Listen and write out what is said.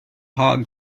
hog